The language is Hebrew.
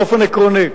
באופן עקרוני,